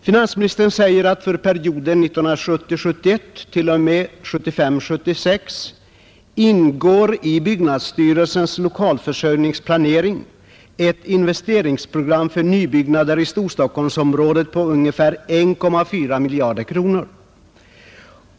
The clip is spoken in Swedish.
Finansministern säger att för perioden 1970 76 ingår i byggnadsstyrelsens lokalförsörjningsplanering ett investeringsprogram för nybyggnader i Storstockholmsområdet på ungefär 1,4 miljarder kronor.